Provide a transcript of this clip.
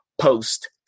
post